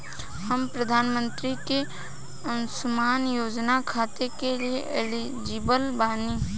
हम प्रधानमंत्री के अंशुमान योजना खाते हैं एलिजिबल बनी?